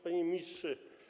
Panie Ministrze!